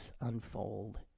unfold